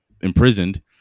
imprisoned